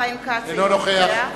אינו נוכח